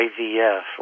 IVF